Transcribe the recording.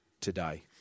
today